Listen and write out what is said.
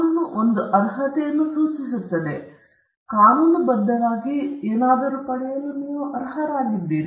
ಕಾನೂನು ಒಂದು ಅರ್ಹತೆಯನ್ನು ಸೂಚಿಸುತ್ತದೆ ಕಾನೂನುಬದ್ಧವಾಗಿ ಪಡೆಯಲು ನೀವು ಅರ್ಹರಾಗಿದ್ದೀರಿ